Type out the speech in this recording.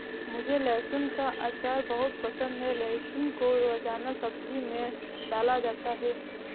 मुझे लहसुन का अचार बहुत पसंद है लहसुन को रोजाना सब्जी में डाला जाता है